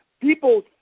people